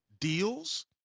deals